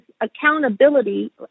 accountability